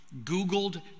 googled